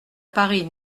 paris